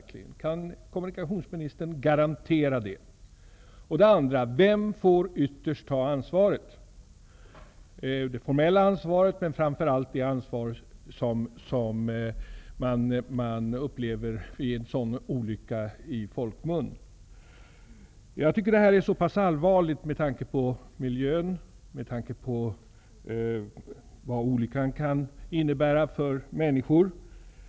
Kan kommunikationsministern garantera det? Vem får ytterst ta ansvaret för detta? Det gäller det formella ansvaret, men framför allt det ansvar som man kräver i folkmun vid en sådan olycka. Jag tycker att detta är allvarligt med tanke på miljön och vad olyckan kan innebära för människor.